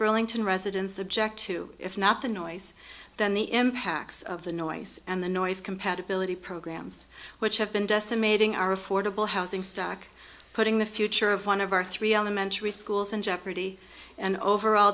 burlington residents subject to if not the noise than the impacts of the noise and the noise compatibility programs which have been decimating our affordable housing stock putting the future of one of our three elementary schools in jeopardy and overall